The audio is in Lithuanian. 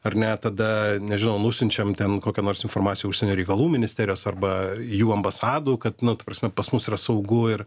ar ne tada nežinau nusiunčiam ten kokią nors informaciją užsienio reikalų ministerijos arba jų ambasadų kad nu ta prasme pas mus yra saugu ir